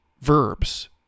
verbs